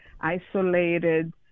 isolated